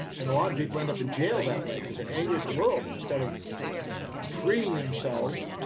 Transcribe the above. and a lot of people end up in jail that way. cause they're angry at the world instead of freeing themselves,